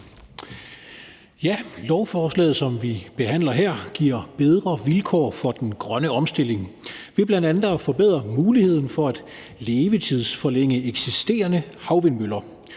Lovforslaget, som vi behandler her, giver bedre vilkår for den grønne omstilling ved bl.a. at forbedre muligheden for at levetidsforlænge eksisterende havvindmøller